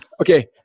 Okay